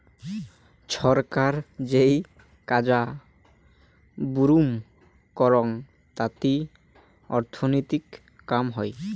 ছরকার যেই কাজা বুরুম করং তাতি অর্থনীতির কাম হই